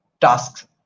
tasks